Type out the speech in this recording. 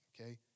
okay